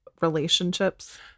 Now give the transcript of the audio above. relationships